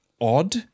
odd